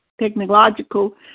technological